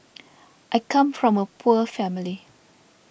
I come from a poor family